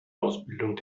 ausbildung